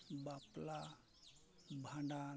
ᱵᱟᱯᱞᱟ ᱵᱷᱟᱸᱰᱟᱱ